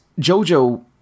Jojo